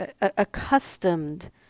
accustomed